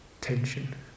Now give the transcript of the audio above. tension